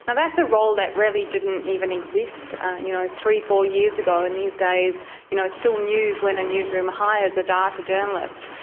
and that's a role that really didn't even exist you know three or four years ago, and these days you know it's still news when a newsroom hires a data journalist.